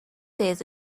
days